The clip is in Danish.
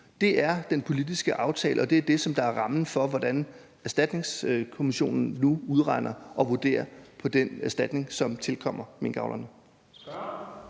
Det er den politiske aftale, og det er det, der er rammen for, hvordan erstatningskommissionen nu udregner og vurderer den erstatning, som tilkommer